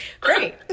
Great